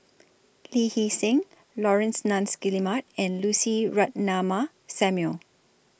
Lee Hee Seng Laurence Nunns Guillemard and Lucy Ratnammah Samuel